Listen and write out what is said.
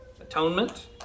atonement